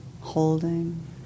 holding